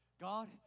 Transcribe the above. God